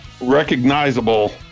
recognizable